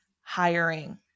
hiring